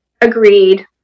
agreed